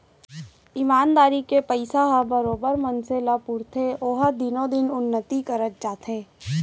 ईमानदारी के पइसा ह बरोबर मनसे ल पुरथे ओहा दिनो दिन उन्नति करत जाथे